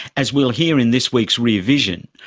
as we'll hear in this week's rear vision,